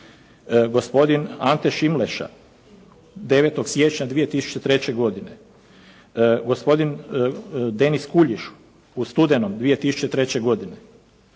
gospodin Ante Šimleša 9. siječnja 2003. godine, gospodin Denis Kuljiš u studenom 2003., gospodin